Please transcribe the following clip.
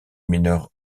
mineur